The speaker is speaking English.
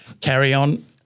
carry-on